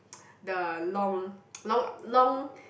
the long long long